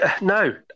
No